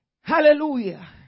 Hallelujah